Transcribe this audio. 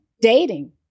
dating